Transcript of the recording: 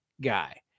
guy